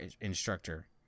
instructor